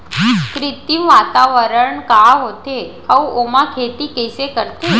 कृत्रिम वातावरण का होथे, अऊ ओमा खेती कइसे करथे?